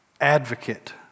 advocate